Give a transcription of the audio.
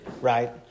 right